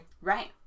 Right